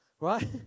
right